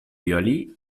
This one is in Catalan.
violí